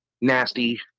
nasty